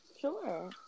sure